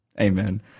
Amen